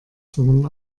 sondern